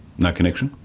no connection?